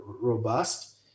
robust